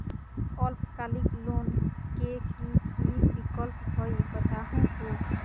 अल्पकालिक लोन के कि कि विक्लप हई बताहु हो?